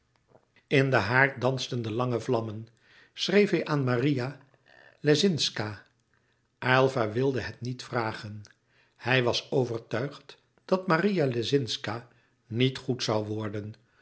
in den haard dansten de lange vlammen schreef hij aan maria lescinszca aylva wilde het niet vragen hij was overtuigd dat maria lescinszca niet goed zoû worden